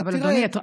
אבל אדוני,